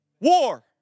War